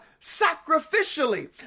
sacrificially